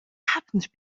happened